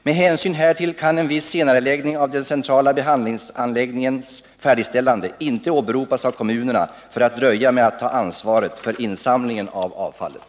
Med hänsyn härtill kan en viss senareläggning av den centrala behandlingsanläggningens färdigställande inte åberopas av kommunernas för att dröja med att ta ansvaret för insamlingen av avfallet.